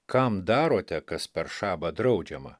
kam darote kas per šabą draudžiama